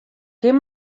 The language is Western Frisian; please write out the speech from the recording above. kin